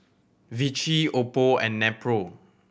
Vichy Oppo and Nepro